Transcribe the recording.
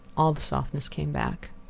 all the softness came back.